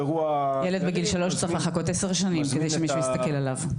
ילד בגיל שלוש צריך לחכות עשר שנים כדי שמישהו יסתכל עליו.